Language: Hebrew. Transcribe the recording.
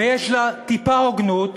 ויש לה טיפה הוגנות,